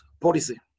policy